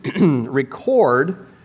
record